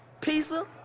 Pizza